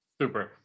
Super